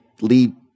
lead